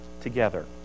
together